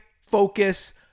focus